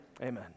Amen